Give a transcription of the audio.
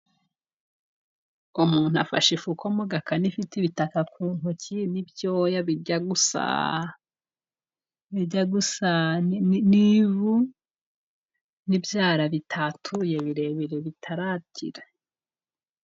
Umuntu afashe ifuko mo gakanu ifite ibitaka ku ntoki n'ibyoya bijya gusa.., bijya gusa n'ivu, n'ibyara bitatuye birebire bitaragira.